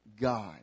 God